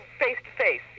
face-to-face